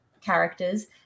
characters